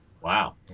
Wow